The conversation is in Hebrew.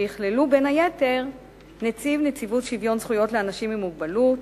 שיכללו בין היתר נציב נציבות שוויון זכויות לאנשים עם מוגבלות,